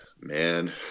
Man